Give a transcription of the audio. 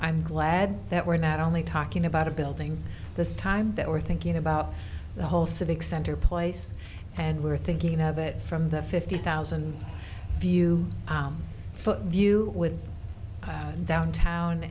i'm glad that we're not only talking about a building this time that we're thinking about the whole civic center place and we're thinking of it from the fifty thousand view foot view with downtown